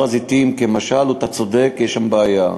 הר-הזיתים כמשל, אתה צודק, יש שם בעיה.